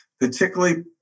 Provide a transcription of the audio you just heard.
particularly